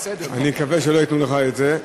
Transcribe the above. אני מקווה שלא ייתנו לך את זה.